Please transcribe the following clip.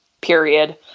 period